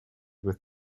with